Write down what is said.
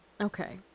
Okay